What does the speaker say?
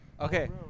Okay